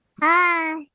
Hi